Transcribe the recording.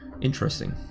Interesting